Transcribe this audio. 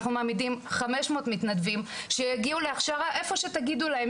אנחנו מעמידים 500 מתנדבים שיגיעו להכשרה איפה שתגידו להם,